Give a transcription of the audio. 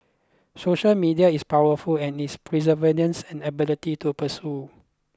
social media is powerful and its pervasiveness and ability to persuade